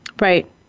Right